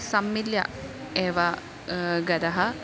सम्मिल्य एव गतः